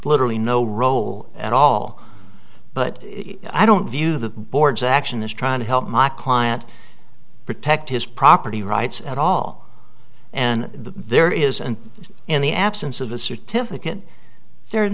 literally no role at all but i don't view the board's action is trying to help my client protect his property rights at all and there is and in the absence of a certificate the